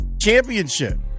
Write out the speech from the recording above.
Championship